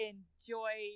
Enjoy